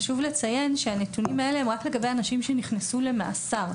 חשוב לציין שהנתונים האלה הם רק לגבי אנשים שנכנסו למאסר,